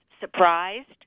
surprised